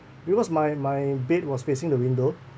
because my my bed was facing the window